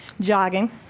jogging